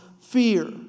fear